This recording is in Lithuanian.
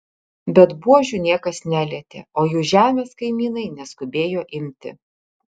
bet buožių niekas nelietė o jų žemės kaimynai neskubėjo imti